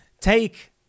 take